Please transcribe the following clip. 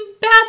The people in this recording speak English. bad